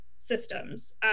Systems